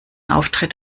auftritt